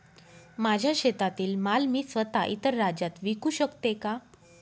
माझ्या शेतातील माल मी स्वत: इतर राज्यात विकू शकते का?